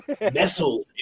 nestled